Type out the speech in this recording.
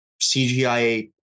CGI